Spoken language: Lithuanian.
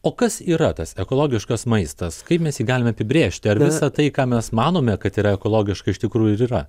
o kas yra tas ekologiškas maistas kaip mes jį galime apibrėžti ar visa tai ką mes manome kad yra ekologiška iš tikrųjų ir yra